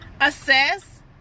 assess